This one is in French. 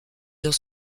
dans